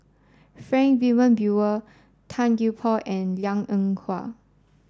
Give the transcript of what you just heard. Frank Wilmin Brewer Tan Gee Paw and Liang Eng Hwa